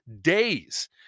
days